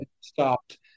Stopped